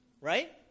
Right